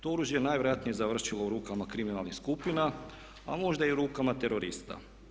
To je oružje najvjerojatnije završilo u rukama kriminalnih skupina a možda i rukama terorista.